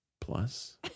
Plus